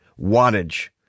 wattage